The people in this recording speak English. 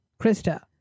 Krista